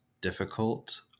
difficult